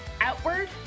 outward